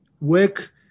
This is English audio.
work